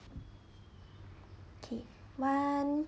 okay one